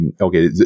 Okay